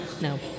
No